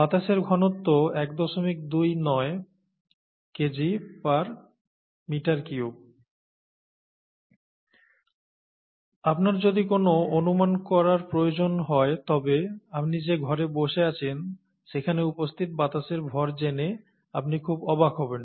বাতাসের ঘনত্ব 129 kgm3 আপনার যদি কোনও অনুমান করার প্রয়োজন হয় তবে আপনি যে ঘরে বসে আছেন সেখানে উপস্থিত বাতাসের ভর জেনে আপনি খুব অবাক হবেন